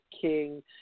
King